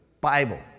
Bible